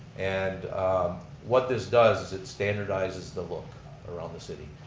and what this does, is it standardizes the look around the city.